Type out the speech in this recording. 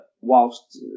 whilst